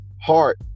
heart